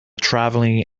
travelling